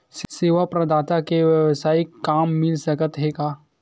सेवा प्रदाता के वेवसायिक काम मिल सकत हे का?